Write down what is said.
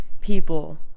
people